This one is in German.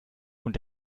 und